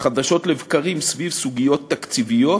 חדשות לבקרים סביב סוגיות תקציביות